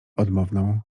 odmowną